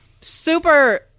super